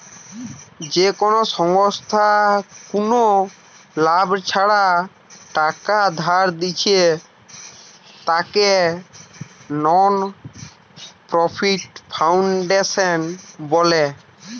যেই সংস্থা কুনো লাভ ছাড়া টাকা ধার দিচ্ছে তাকে নন প্রফিট ফাউন্ডেশন বলে